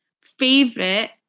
Favorite